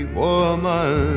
woman